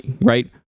right